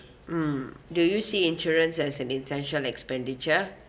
mm do you see insurance as an essential expenditure